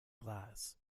glass